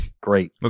great